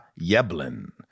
Yeblin